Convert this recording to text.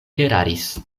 eraris